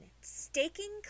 staking